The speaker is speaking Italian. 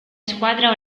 squadra